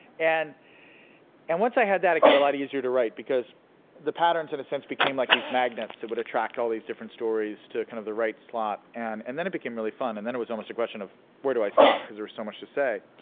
and and once i had that, it got a lot easier to write because the patterns, in a sense, became like these magnets that would attract all these different stories to kind of the right slot and and then it became really fun. and it was almost a question of where do i stop? cause there was so much to say.